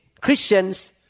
Christians